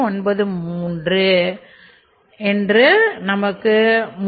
93